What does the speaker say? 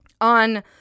on